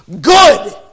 Good